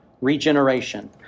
Regeneration